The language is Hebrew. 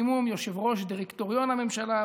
מקסימום יושב-ראש דירקטוריון הממשלה,